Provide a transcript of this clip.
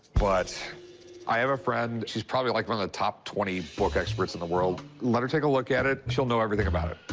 but i have a friend. she's probably, like, one of the top twenty experts in the world. let her take a look at it. she'll know everything about it.